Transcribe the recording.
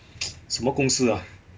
什么公司 ah